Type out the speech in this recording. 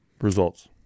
results